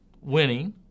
winning